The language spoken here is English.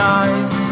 eyes